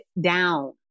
down